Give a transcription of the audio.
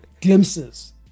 glimpses